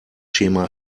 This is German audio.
schema